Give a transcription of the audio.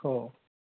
हो